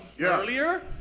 earlier